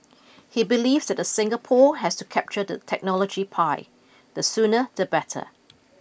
He believes that the Singapore has to capture the technology pie the sooner the better